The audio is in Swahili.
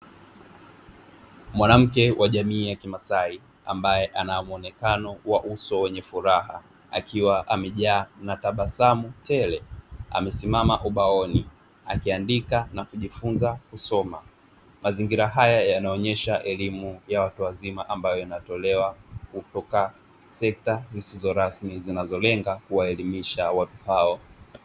Mwanamke wa jamii ya kimasai ambaye anamuonekano wa uso wenye furaha, akiwa amejaa na tabasamu tele; amesimama ubaoni akiandika na kujifunza kusoma. Mazingira haya yanaonyesha elimu ya watu wazima ambayo yanatolewa kutoka sekta zisizo rasmi zinazolenga kuwaelimisha watu hao.